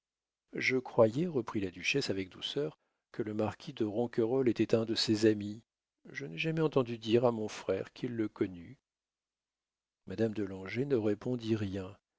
je croyais reprit la duchesse avec douceur que le marquis de ronquerolles était un de ses amis je n'ai jamais entendu dire à mon frère qu'il le connût madame de langeais ne répondit rien